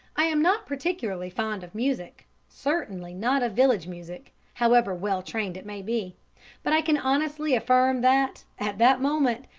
i am not particularly fond of music certainly not of village music, however well trained it may be but i can honestly affirm that, at that moment,